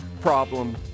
problem